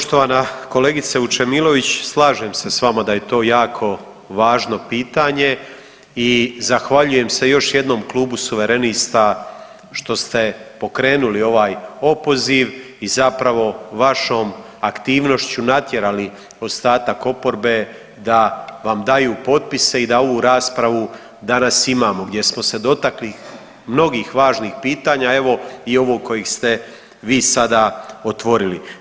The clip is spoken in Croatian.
Poštovana kolegice Vučemilović, slažem se s vama da je to jako važno pitanje i zahvaljujem se još jednom Klubu suverenista što ste pokrenuli ovaj opoziv i zapravo vašom aktivnošću natjerali ostatak oporbe da vam daju potpise i da ovu raspravu danas imamo gdje smo se dotakli mnogih važnih pitanja, evo i ovog koji ste vi sada otvorili.